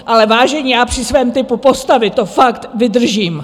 Ale vážení, já při svém typu postavy to fakt vydržím!